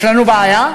יש לנו בעיה.